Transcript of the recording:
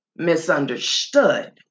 misunderstood